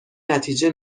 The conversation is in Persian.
نتیجه